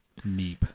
Neep